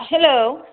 hello